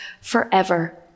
forever